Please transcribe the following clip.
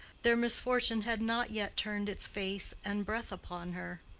their misfortune had not yet turned its face and breath upon her.